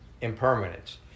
Impermanence